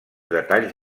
detalls